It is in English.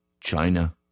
China